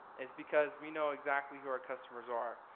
is because we know exactly who our customers are.